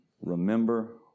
Remember